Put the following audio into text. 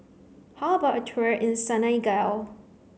how about a tour in Senegal